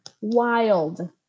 wild